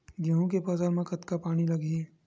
गेहूं के फसल म कतका पानी लगही?